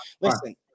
Listen